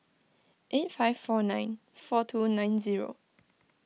eight five four nine four two nine zero